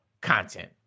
content